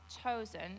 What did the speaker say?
chosen